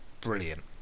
brilliant